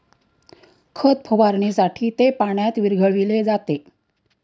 खत फवारणीसाठी ते पाण्यात विरघळविले जाते